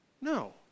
no